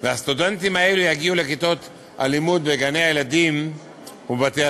והסטודנטים האלה יגיעו לכיתות הלימוד בגני-הילדים ובבתי-הספר.